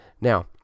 Now